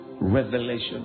revelation